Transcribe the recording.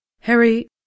Harry